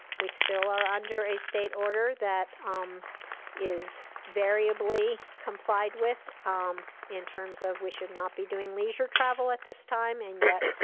we still are under a state order that um is variably complied with in terms of we should not be doing leisure travel at this time, and yet,